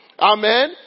Amen